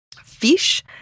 fish